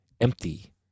empty